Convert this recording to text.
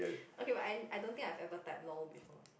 okay but and I don't think I've ever type lol before